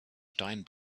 stein